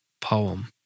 poem